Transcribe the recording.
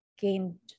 gained